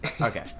Okay